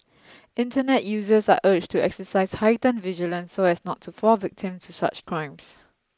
Internet users are urged to exercise heightened vigilance so as not to fall victim to such crimes